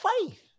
faith